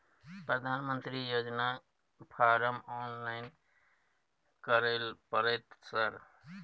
प्रधानमंत्री योजना form online करैले परतै सर?